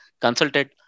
consulted